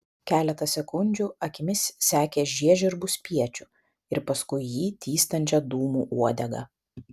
keletą sekundžių akimis sekė žiežirbų spiečių ir paskui jį tįstančią dūmų uodegą